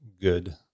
good